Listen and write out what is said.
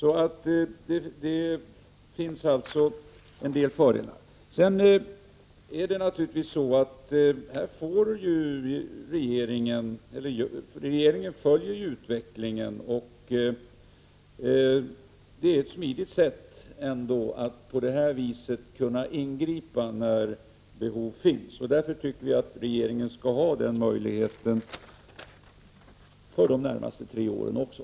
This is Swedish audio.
Det finns alltså en del fördelar. Regeringen följer utvecklingen. Lagen innebär ett smidigt sätt att kunna ingripa på när behov finns. Därför tycker vi att regeringen skall ha den möjligheten de närmaste tre åren också.